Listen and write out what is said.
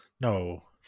No